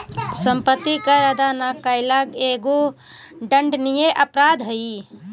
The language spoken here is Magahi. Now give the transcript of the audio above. सम्पत्ति कर अदा न कैला एगो दण्डनीय अपराध हई